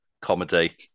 comedy